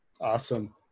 Awesome